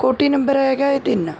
ਕੋਠੀ ਨੰਬਰ ਹੈਗਾ ਏ ਤਿੰਨ